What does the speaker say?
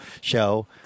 show